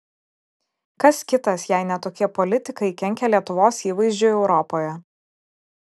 kas kitas jei ne tokie politikai kenkia lietuvos įvaizdžiui europoje